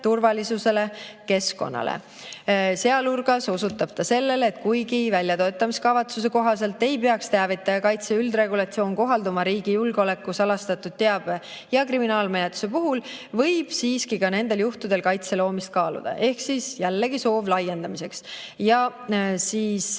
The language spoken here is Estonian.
turvalisusele, keskkonnale. Sealhulgas osutas ta sellele, et kuigi väljatöötamiskavatsuse kohaselt ei peaks teavitaja kaitse üldregulatsioon kohalduma riigi julgeoleku, salastatud teabe ja kriminaalmenetluse puhul, võib siiski ka nendel juhtudel kaitse loomist kaaluda. Ehk jällegi soov laiendamiseks. Siin